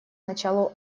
началу